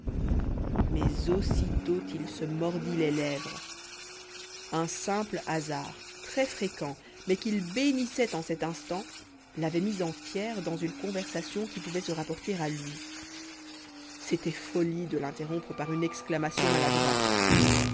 mais aussitôt il se mordit les lèvres un simple hasard très fréquent mais qu'il bénissait en cet instant l'avait mis en tiers dans une conversation qui pouvait se rapporter à lui c'était folie de l'interrompre par une exclamation maladroite